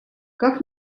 как